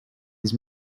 his